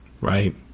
Right